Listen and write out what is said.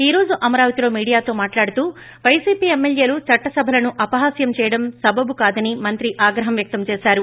ఈ రోజు అమరావతి లో మీడియాతో మాట్లాడుతూ వైసీపీ ఎమ్మెల్యేలు చట్టసభలను అపహాస్యం చేయడం సబబు కాదని మంత్రి ఆగ్రహం వ్యక్తం చేసారు